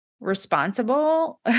responsible